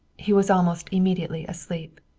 he was almost immediately asleep.